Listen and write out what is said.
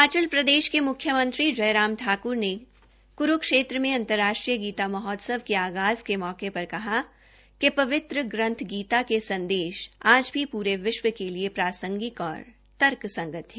हिमाचल प्रदेश के म्ख्यमंत्री जयराम ठाक्र ने क्रूक्षेत्र में अंतर्राष्ट्रीय गीता महोत्सव के आगाज़ के मौके कहा कि पवित्र ग्रंथ गीता के संदेश आज भी प्रे विश्व के लिए प्रासंगिक और तर्कसंगत है